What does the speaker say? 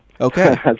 Okay